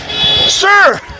Sir